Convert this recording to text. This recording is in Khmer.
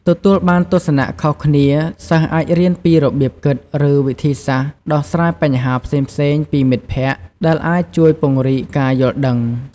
ទទួលបានទស្សនៈខុសគ្នាសិស្សអាចរៀនពីរបៀបគិត ឬវិធីសាស្រ្តដោះស្រាយបញ្ហាផ្សេងៗពីមិត្តភក្តិ ដែលអាចជួយពង្រីកការយល់ដឹង។